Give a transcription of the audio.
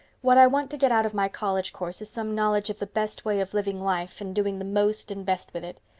what i want to get out of my college course is some knowledge of the best way of living life and doing the most and best with it.